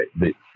right